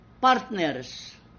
partners